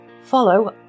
follow